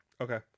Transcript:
Okay